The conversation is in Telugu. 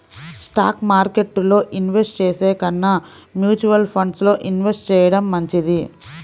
స్టాక్ మార్కెట్టులో ఇన్వెస్ట్ చేసే కన్నా మ్యూచువల్ ఫండ్స్ లో ఇన్వెస్ట్ చెయ్యడం మంచిది